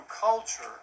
culture